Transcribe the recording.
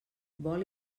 vol